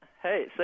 Hey